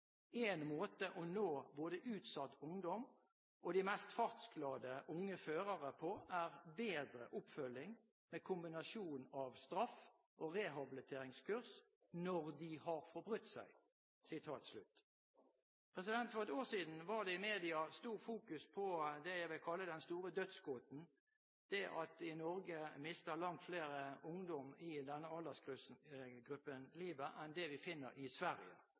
En måte å nå både utsatt ungdom og de mest fartsglade unge førere på, er bedre oppfølging med kombinasjoner av straff og rehabiliteringskurs når de har forbrutt seg.» For ett år siden var det i media stort fokus på det jeg vil kalle «den store dødsgåten», altså det at i Norge mister langt flere ungdom i denne aldersgruppen livet enn